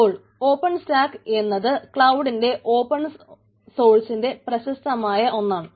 അപ്പോൾ open stack എന്നത് ക്ലൌഡിന്റെ ഓപ്പൺ സോഴ്സ്സിലെ പ്രശസ്തമായ ഒന്നാണ്